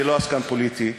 אני לא עסקן פוליטי,